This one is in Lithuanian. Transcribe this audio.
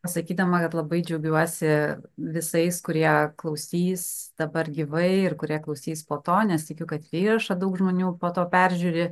sakydama kad labai džiaugiuosi visais kurie klausys dabar gyvai ir kurie klausys po to nes tikiu kad įrašą daug žmonių po to peržiūri